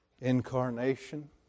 incarnation